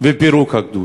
ואת פירוק הגדוד.